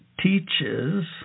teaches